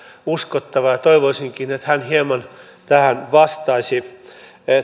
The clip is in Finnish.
uskottava ja ja toivoisinkin että hän hieman tähän vastaisi